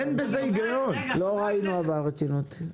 אבל לא ראינו רצינות.